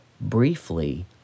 briefly